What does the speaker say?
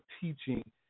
teaching